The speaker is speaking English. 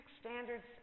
standards